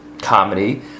comedy